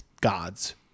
gods